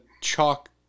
chalk